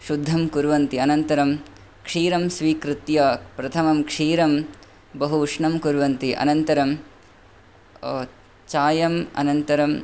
शुद्धं कुर्वन्ति अनन्तरं क्षीरं स्वीकृत्य प्रथमं क्षीरं बहु उष्णं कुर्वन्ति अनन्तरं चायम् अनन्तरम्